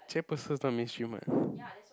Jack-Purcell not mainstream what